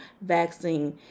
vaccine